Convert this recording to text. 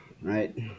right